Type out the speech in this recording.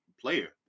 player